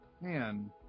man